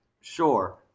Sure